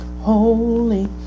holy